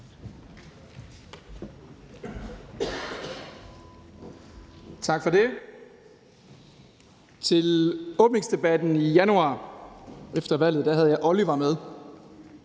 Tak for det. Til åbningsdebatten i januar efter valget havde jeg Oliver med.